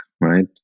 Right